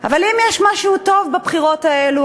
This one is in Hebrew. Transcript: אבל אם יש משהו טוב בבחירות האלה,